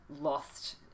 lost